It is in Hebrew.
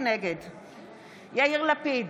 נגד יאיר לפיד,